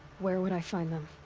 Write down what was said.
where would i find them?